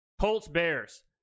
Colts-Bears